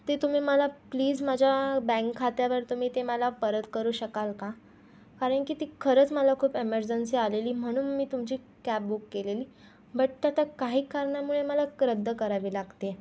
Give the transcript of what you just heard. ते तुम्ही मला प्लीज माझ्या बँक खात्यावर तुम्ही ते मला परत करू शकाल का कारण की ती खरंच मला खूप एमरजन्सी आलेली म्हणून मी तुमची कॅब बुक केलेली बट ते आता काही कारणामुळे मला क रद्द करावी लागती आहे